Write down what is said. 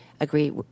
agree